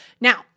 Now